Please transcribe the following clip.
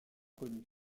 connu